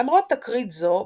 למרות תקרית זו,